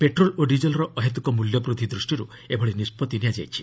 petrol ଓ ଡିଜେଲ୍ର ଅହେତୁକ ମୂଲ୍ୟ ବୂଦ୍ଧି ଦୂଷ୍ଟିରୁ ଏଭଳି ନିଷ୍କଭି ନିଆଯାଇଛି